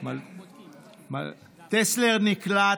טסלר, נקלט,